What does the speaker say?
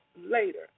later